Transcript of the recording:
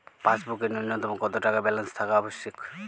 পাসবুকে ন্যুনতম কত টাকা ব্যালেন্স থাকা আবশ্যিক?